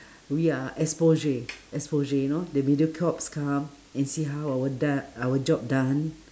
we are exposure exposure you know the mediacorps come and see how our don~ our job done